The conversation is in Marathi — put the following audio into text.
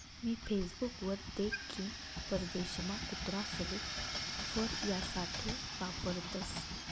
मी फेसबुक वर देख की परदेशमा कुत्रासले फर यासाठे वापरतसं